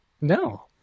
No